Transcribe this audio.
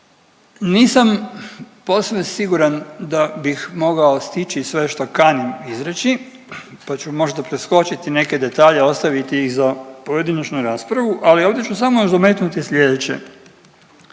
Nisam posve siguran da bih mogao stići sve šta kanim izreći pa ću možda preskočiti neke detalje, ostaviti ih za pojedinačnu raspravu ali ovdje ću samo još dometnuti slijedeće.